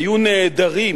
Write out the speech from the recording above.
היו נעדרים